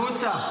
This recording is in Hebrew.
החוצה.